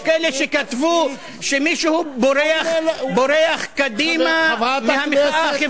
יש כאלה שכתבו שמישהו בורח קדימה מהמחאה.